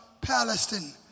Palestine